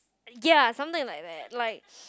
ya something like that like